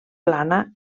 plana